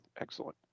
Excellent